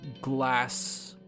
glass